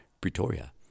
Pretoria